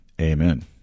Amen